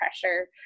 pressure